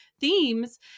themes